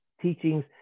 teachings